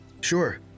Sure